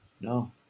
No